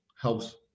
helps